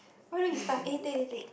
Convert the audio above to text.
what don't you start eh take take take